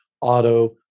auto